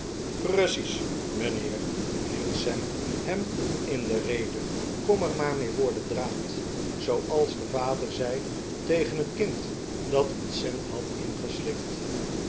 precies mijnheer viel sam hem in de rede kom er maar mee voor den draad zooals de vader zei tegen het kind dat een cent had ingeslikt